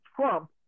Trump